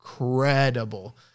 incredible